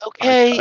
Okay